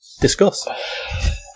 Discuss